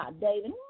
David